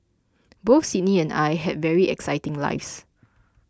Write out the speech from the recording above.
both Sydney and I had very exciting lives